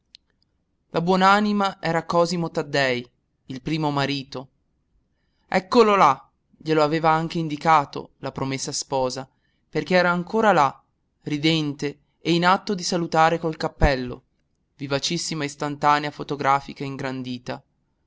la buon'anima era cosimo taddei il primo marito eccolo là glielo aveva anche indicato la promessa sposa perché era ancora là ridente e in atto di salutare col cappello